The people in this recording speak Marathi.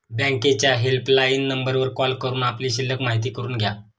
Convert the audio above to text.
बँकेच्या हेल्पलाईन नंबरवर कॉल करून आपली शिल्लक माहिती करून घ्या